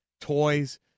toys